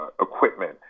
equipment